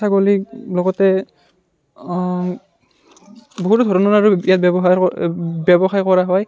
ছাগলী লগতে বহুতো ধৰণৰ আৰু ইয়াত ব্যৱসায়ৰ ক ব্যৱসায় কৰা হয়